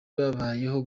babayeho